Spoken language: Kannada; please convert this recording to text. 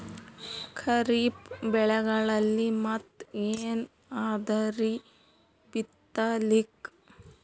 ಖರೀಫ್ ಬೆಳೆಗಳಲ್ಲಿ ಮತ್ ಏನ್ ಅದರೀ ಬಿತ್ತಲಿಕ್?